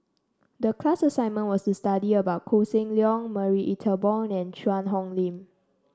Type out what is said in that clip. the class assignment was to study about Koh Seng Leong Marie Ethel Bong and Cheang Hong Lim